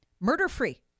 murder-free